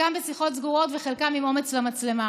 חלקם בשיחות סגורות וחלקם עם אומץ למצלמה.